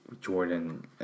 Jordan